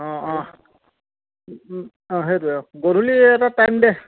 অঁ অঁ অঁ সেইটোৱে অঁ গধূলি এটা টাইম দে